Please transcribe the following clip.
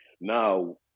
Now